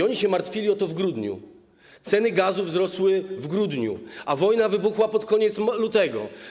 Oni się martwili o to w grudniu, ceny gazu wzrosły w grudniu, a wojna wybuchła pod koniec lutego.